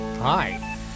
Hi